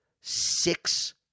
six